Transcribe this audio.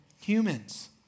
humans